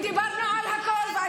דיברנו על הכול.